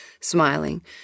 smiling